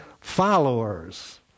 followers